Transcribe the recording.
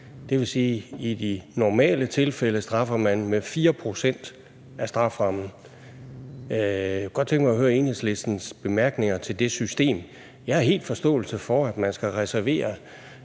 Det vil sige, at man i de normale tilfælde straffer med 4 pct. af strafferammen. Jeg kunne godt tænke mig høre Enhedslistens bemærkninger til det system. Jeg har fuld forståelse for, at man skal reservere